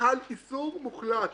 וחל איסור מוחלט